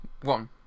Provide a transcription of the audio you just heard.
one